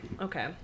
Okay